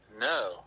no